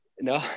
No